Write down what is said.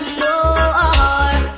more